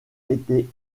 été